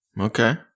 Okay